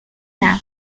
now